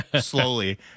slowly